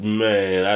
man